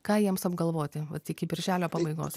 ką jiems apgalvoti iki birželio pabaigos